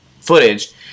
footage